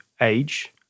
age